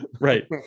Right